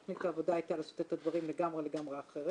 תכנית העבודה הייתה לעשות את הדברים לגמרי לגמרי אחרת.